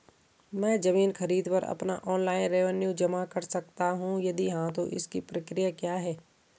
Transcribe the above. मैं ज़मीन खरीद पर अपना ऑनलाइन रेवन्यू जमा कर सकता हूँ यदि हाँ तो इसकी प्रक्रिया क्या है?